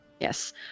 Yes